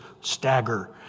stagger